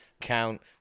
count